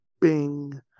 bing